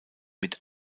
mit